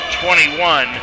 21